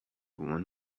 woman